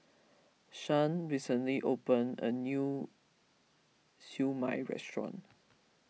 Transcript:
Shan recently opened a new Siew Mai restaurant